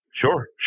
Sure